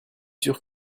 sûr